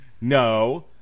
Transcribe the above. No